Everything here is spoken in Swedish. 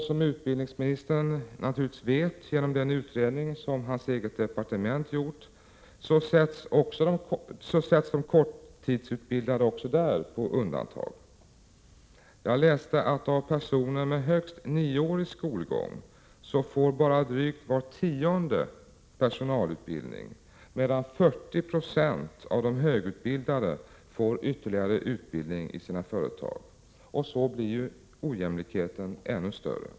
Som utbildningsministern vet genom den utredning som hans eget departement har gjort, sätts de korttidsutbildade på undantag. Av personer med högst nioårig skolgång får bara drygt var tionde personalutbildning, medan 40 96 av de högutbildade får ytterligare utbildning i sina företag. Så blir ojämlikheten ännu större.